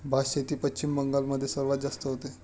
भातशेती पश्चिम बंगाल मध्ये सर्वात जास्त होते